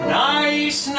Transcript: nice